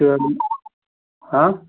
छः आदमी हाँ